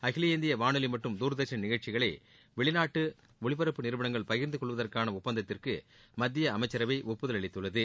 அகில இந்திய வானொலி மற்றும் தூாதர்ஷன் நிகழ்ச்சிகளை வெளிநாட்டு ஒளிபரப்பு நிறுவனங்கள் பகிா்ந்து கொள்வதற்கான ஒப்பந்தத்திற்கு மத்திய அமைச்சரவை ஒப்புதல் அளித்துள்ளது